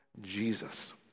Jesus